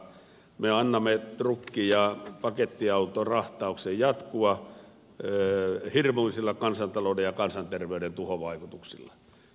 me annamme trukki ja pakettiautorahtauksen jatkua hirmuisilla kansantalouden ja kansanterveyden tuhovaikutuksilla